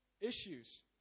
issues